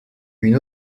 une